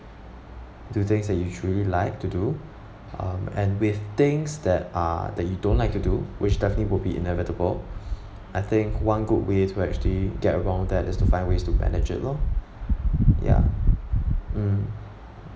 do things that you truly like to do um and with things that ah that you don't like to do which definitely would be inevitable I think one good way to actually get around that is to find ways to manage it lor ya mm